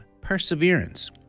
perseverance